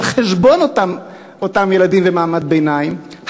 על חשבון אותם ילדים ומעמד ביניים,